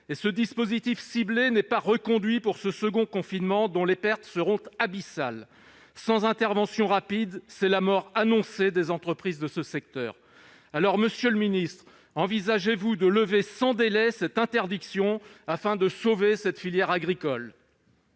et ce dispositif ciblé n'est pas reconduit à l'occasion du second confinement, qui va causer des pertes abyssales. Sans intervention rapide, c'est la mort assurée pour les entreprises de ce secteur ! Monsieur le ministre, envisagez-vous de lever sans délai cette interdiction afin de sauver cette filière agricole ?